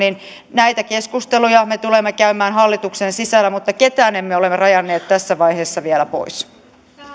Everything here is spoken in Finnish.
näitä keskusteluja me tulemme käymään hallituksen sisällä mutta ketään emme ole ole rajanneet tässä vaiheessa vielä pois